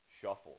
shuffle